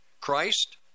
Christ